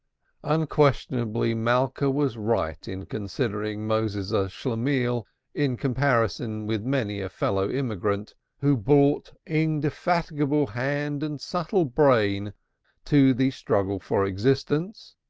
unquestionably malka was right in considering moses a schlemihl in comparison with many a fellow-immigrant, who brought indefatigable hand and subtle brain to the struggle for existence,